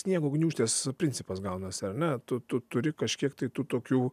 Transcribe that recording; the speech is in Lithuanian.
sniego gniūžtės principas gaunasi ar ne tu tu turi kažkiek tai tų tokių